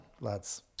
lads